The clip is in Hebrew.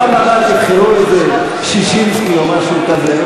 פעם שיבחרו איזה ששינסקי או משהו כזה,